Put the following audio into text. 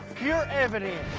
pure evidence.